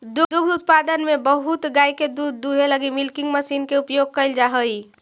दुग्ध उत्पादन में बहुत गाय के दूध दूहे लगी मिल्किंग मशीन के उपयोग कैल जा हई